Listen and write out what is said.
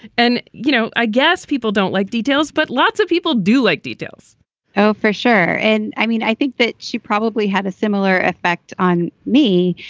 and, you know, i guess people don't like details, but lots of people do like details oh, for sure. and i mean, i think that she probably had a similar effect on me.